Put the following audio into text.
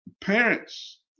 Parents